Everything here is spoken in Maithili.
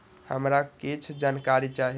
हमरा कीछ जानकारी चाही